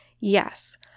Yes